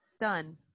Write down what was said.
Done